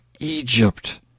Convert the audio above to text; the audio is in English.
Egypt